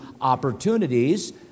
opportunities